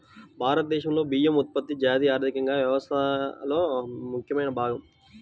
భారతదేశంలో బియ్యం ఉత్పత్తి జాతీయ ఆర్థిక వ్యవస్థలో ముఖ్యమైన భాగం